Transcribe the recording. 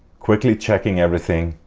quickly checking everything